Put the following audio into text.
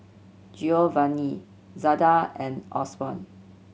Giovanni Zada and Osborn